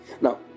Now